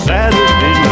Saturday